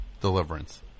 Deliverance